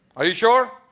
are you sure?